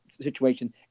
situation